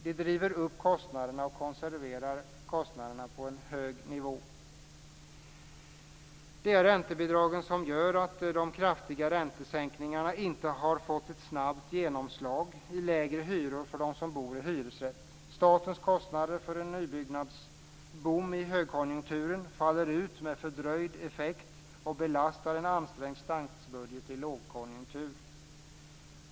De driver upp kostnaderna och konserverar dem på en hög nivå. Det är räntebidragen som gör att de kraftiga räntesänkningarna inte har fått ett snabbt genomslag i lägre hyror för dem som bor i hyresrätt. Statens kostnader för en nybyggnadsboom faller ut med fördröjd effekt i högkonjunktur och belastar en ansträngd statsbudget i lågkonjunktur.